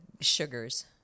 sugars